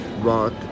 rock